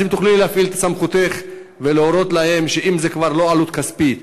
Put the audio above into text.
אז אם תוכלי להפעיל את סמכותך ולהורות להם שאם זה כבר לא עלות כספית,